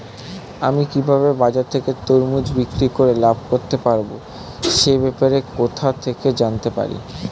আমি কিভাবে বাজার থেকে তরমুজ বিক্রি করে লাভ করতে পারব সে ব্যাপারে কোথা থেকে জানতে পারি?